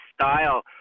style